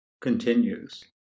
continues